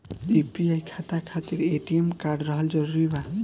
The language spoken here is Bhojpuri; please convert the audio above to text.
यू.पी.आई खाता खातिर ए.टी.एम कार्ड रहल जरूरी बा?